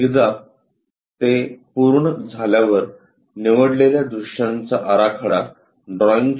एकदा ते पूर्ण झाल्यावर निवडलेल्या दृश्यांचा आराखडा ड्रॉईंग शीटवर निवडावा लागेल